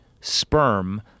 sperm